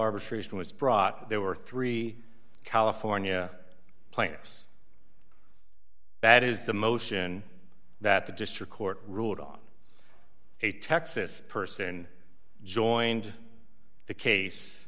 arbitration was brought there were three california plaintiffs that is the motion that the district court ruled on a texas person joined the